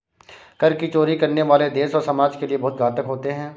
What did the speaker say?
कर की चोरी करने वाले देश और समाज के लिए बहुत घातक होते हैं